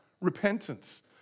repentance